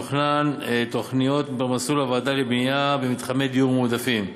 מתוכן תוכניות במסלול הוועדה לבנייה במתחמי דיור מועדפים.